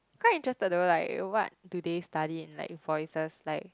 quite interested though like what do they study in like voices like